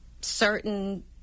certain